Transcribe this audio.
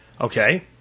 Okay